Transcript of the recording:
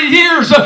years